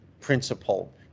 principle